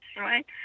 right